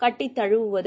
கட்டித்தழுவுவது